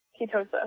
ketosis